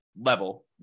level